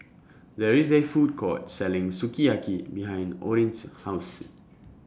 There IS A Food Court Selling Sukiyaki behind Orrin's House